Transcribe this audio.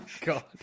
God